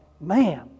Man